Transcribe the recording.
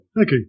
Okay